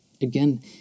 Again